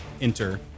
enter